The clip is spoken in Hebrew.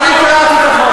לא קראת.